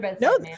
No